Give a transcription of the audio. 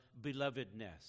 belovedness